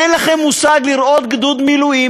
אין לכם מושג איך זה לראות גדוד מילואים